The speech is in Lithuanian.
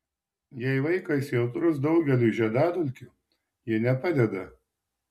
jei vaikas jautrus daugeliui žiedadulkių ji nepadeda